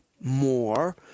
more